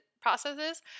processes